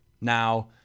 Now